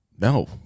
No